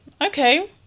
okay